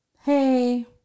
hey